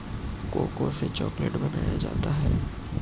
cocoa से chocolate बनाया जाता है